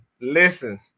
listen